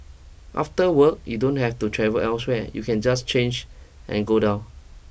after work you don't have to travel elsewhere you can just change and go down